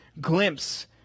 glimpse